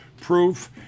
proof